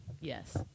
yes